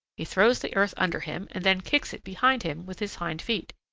he throws the earth under him and then kicks it behind him with his hind feet.